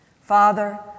Father